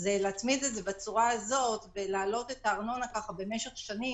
להצמיד בצורה הזאת ולהעלות את הארנונה ככה במשך שנים?